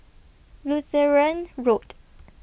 Lutheran Road